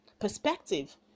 Perspective